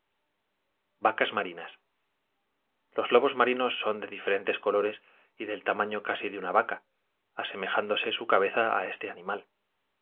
vacas marinas los lobos marinos son de diferentes colores y del tamaño casi de una vaca asemejándose su cabeza a este animal